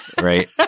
right